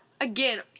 Again